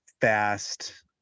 fast